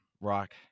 rock